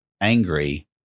angry